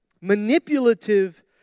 Manipulative